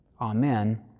Amen